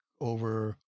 over